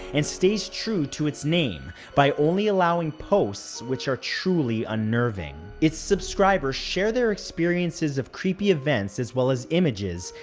and stays true to its name by only allowing posts which are truly unnerving. its subscribers share their experiences of creepy events as well as images,